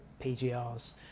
pgrs